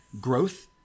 growth